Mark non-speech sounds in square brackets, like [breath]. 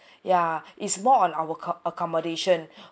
ya [breath] it's more on our accommodation [breath]